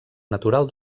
natural